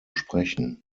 sprechen